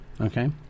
Okay